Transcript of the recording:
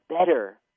better